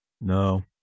No